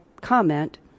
comment